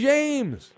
James